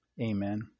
Amen